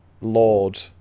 Lord